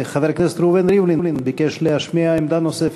חבר הכנסת ראובן ריבלין ביקש להשמיע עמדה נוספת.